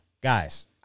Guys